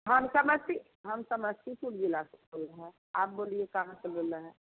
हम समस्ती हम समस्तीपुर ज़िले से बोल रहे है आप कहाँ से बोल रहे हैं